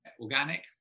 organic